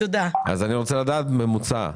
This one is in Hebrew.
אני רוצה לדעת ממוצע.